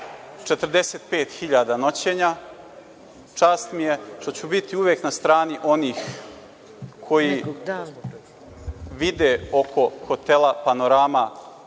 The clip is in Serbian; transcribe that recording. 45.000 noćenja. Čast mi je što ću uvek biti na strani onih koji vide oko hotela „Panorama“